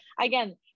again